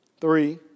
Three